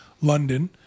London